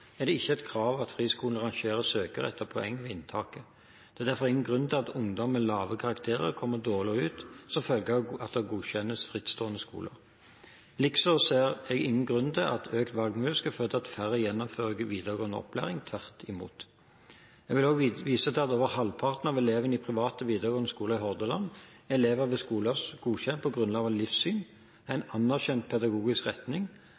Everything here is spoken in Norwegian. er det ikke et krav at friskolene rangerer søkerne etter poeng ved inntaket. Det er derfor ingen grunn til at ungdom med lave karakterer kommer dårligere ut som følge av at det godkjennes frittstående skoler. Likeså ser jeg ingen grunn til at økte valgmuligheter skal føre til at færre gjennomfører videregående opplæring – tvert imot. Jeg vil også vise til at over halvparten av elevene i private videregående skoler i Hordaland er elever ved skoler godkjent på grunnlag av livssyn, en anerkjent pedagogisk retning